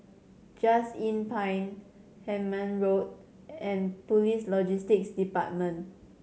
Just Inn Pine Hemmant Road and Police Logistics Department